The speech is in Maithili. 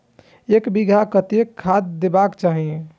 एक बिघा में कतेक खाघ देबाक चाही?